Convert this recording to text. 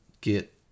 get